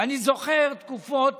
ואני זוכר תקופות